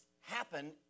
happen